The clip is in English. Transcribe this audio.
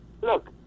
look